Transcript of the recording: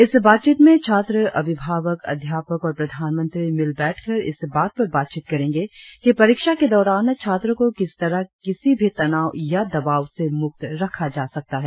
इस बातचीत में छात्र अभिभावक अध्यापक और प्रधानमंत्री मिल बैठकर इस बात पर बातचीत करेंगे कि परीक्षा के दौरान छात्रों को किस तरह किसी भी तनाव या दबाव से मुक्त रखा जा सकता है